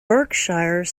berkshire